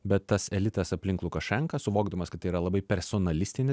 bet tas elitas aplink lukašenką suvokdamas kad tai yra labai personalistinė